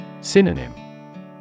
Synonym